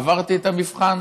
עברתי את המבחן?